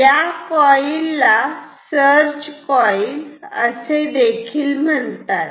या कॉईल ला search coil असे देखील म्हणतात